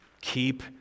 Keep